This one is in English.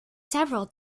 several